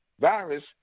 virus